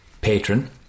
patron